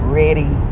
ready